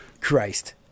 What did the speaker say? Christ